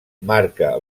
marca